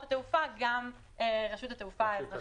התעופה גם רשות התעופה האזרחית.